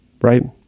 right